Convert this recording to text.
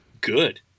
good